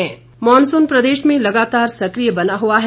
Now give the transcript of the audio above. मौसम मॉनसून प्रदेश में लगातार सक्रिय बना हुआ है